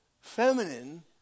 feminine